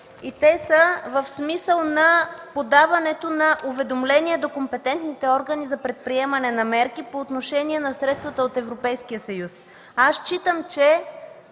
и те са в смисъл на подаването на уведомление до компетентните органи за предприемане на мерки по отношение на средствата от Европейския съюз. Считам, че